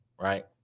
right